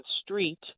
Street